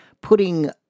putting